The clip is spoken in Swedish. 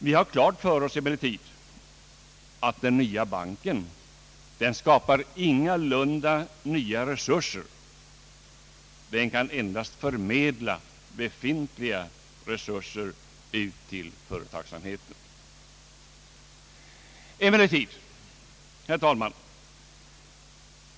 Vi har emellertid klart för oss att den nya banken ingalunda skapar några nya resurser — den kan endast förmedla befintliga resurser till företagsamheten. Herr talman!